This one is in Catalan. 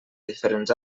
diferents